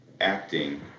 acting